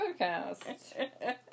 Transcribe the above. Podcast